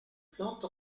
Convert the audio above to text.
plante